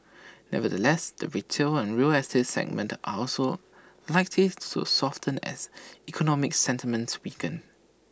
nevertheless the retail and real estate segments are also likely to soften as economic sentiments weaken